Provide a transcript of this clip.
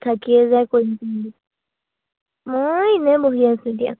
থাকিয়ে যায় কৰিম মই এনেই বহি আছোঁ দিয়া